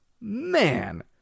Man